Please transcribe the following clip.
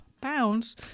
pounds